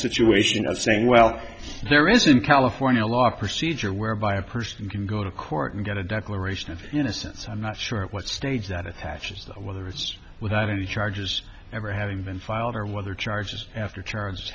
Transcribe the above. situation of saying well there is in california law procedure whereby a person can go to court and get a declaration of innocence i'm not sure what stage that attaches to whether it's without any charges ever having been filed or whether charges after t